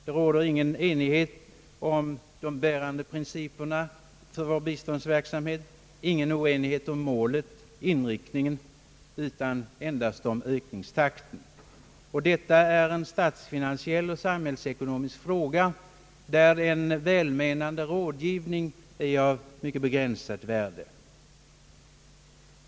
Det råder ingen oenighet om de bärande principerna för vår biståndsverksamhet, ingen oenighet om målet och inriktningen, utan endast om ökningstakten. Detta är en statsfinansiell och samhällsekonomisk fråga, där en välmenande rådgivning är av mycket begränsat värde.